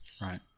Right